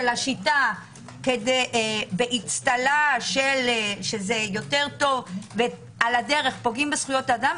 של השיטה באצטלה שזה יותר טוב ועל הדרך פוגעים בזכויות אדם,